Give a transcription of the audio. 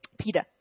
Peter